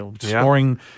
scoring